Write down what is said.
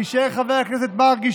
ויישאר חבר הכנסת מרגי,